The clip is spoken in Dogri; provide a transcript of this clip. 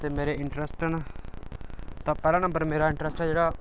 ते मेरे इंटरैस्ट न ता पैह्ला नंबर मेरा इंटरैस्ट ऐ जेह्ड़ा